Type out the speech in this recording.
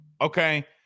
okay